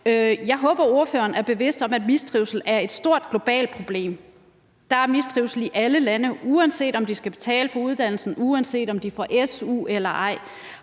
Jeg håber, ordføreren er bevidst om, at mistrivsel er et stort globalt problem. Der er mistrivsel i alle lande, uanset om man skal betale for uddannelsen, og uanset om man får su eller ej.